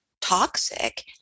toxic